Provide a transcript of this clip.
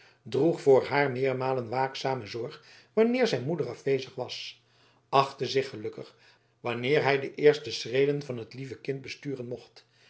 droeg voor haar meermalen waakzame zorg wanneer zijn moeder afwezig was achtte zich gelukkig wanneer hij de eerste schreden van het lieve kind besturen mocht